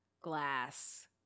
glass